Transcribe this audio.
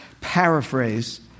paraphrase